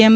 એમ